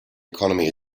economy